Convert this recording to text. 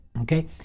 okay